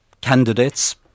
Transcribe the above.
candidates